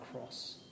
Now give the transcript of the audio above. cross